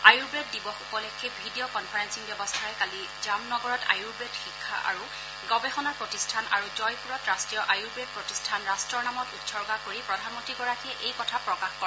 আয়ুৰ্বেদ দিৱস উপলক্ষে video conferencing ব্যৱস্থাৰে কালি জামনগৰত আয়ুৰ্বেদ শিক্ষা আৰু গৱেষণা প্ৰতিষ্ঠান আৰু জয়পুৰত বট্টীয় আয়ুৰ্বেদ প্ৰতিষ্ঠান ৰাট্টৰ নামত উৎসৰ্গা কৰি প্ৰধানমন্ত্ৰীগৰাকীয়ে এই কথা প্ৰকাশ কৰে